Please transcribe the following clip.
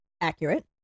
Accurate